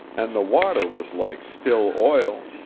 and the water was like still oil,